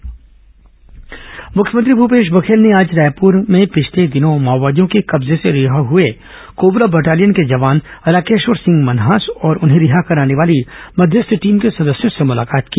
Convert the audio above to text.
मुख्यमंत्री मध्यस्थ टीम मुलाकात मुख्यमंत्री भूपेश बघेल से आज रायपुर में पिछले दिनों माओवादियों के कब्जे से रिहा हुए कोबरा बटालियन के जवान राकेश्वर सिंह मन्हास और उन्हें रिहा कराने वाली मध्यस्थ टीम के सदस्यों ने मुलाकात की